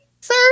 sir